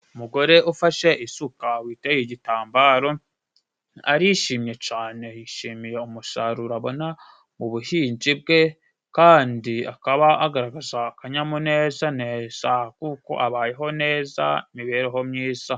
Umugore ufashe isuka witeye igitambaro arishimye cane, yishimiye umusaruro abona mu buhinzi bwe, kandi akaba agaragaza akanyamunezaneza kuko abayeho neza imibereho myiza.